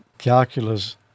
Calculus